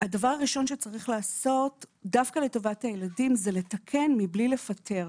הדבר הראשון שצריך לעשות דווקא לטובת הילדים זה לתקן מבלי לפטר.